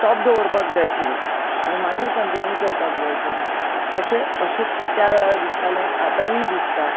stop दवरपाक जाय आशिल्लें आनी मागीर कन्टिनीव करपाक जाय आशिल्लें अशें अशें त्या वेळार दिसतालें आतायी दिसता